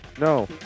no